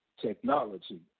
technology